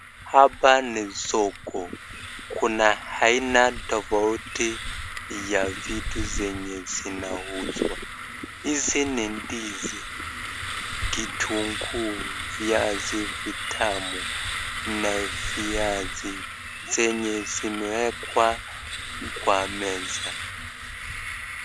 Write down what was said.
Hapa ni soko kuna aina tofauti ya vitu zenye zinauzwa, hizi ni ndizi, kitunguu, viazi vitamu na viazi zenye zimewekwa kwa meza.